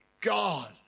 God